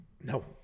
No